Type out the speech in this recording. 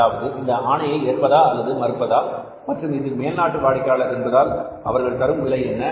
அதாவது இந்த ஆணையை ஏற்பதா அல்லது மறுப்பதா மற்றும் இது ஒரு மேல்நாட்டு வாடிக்கையாளர்கள் என்பதால் அவர்கள் தரும் விலை என்ன